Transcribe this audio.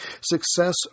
Success